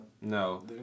No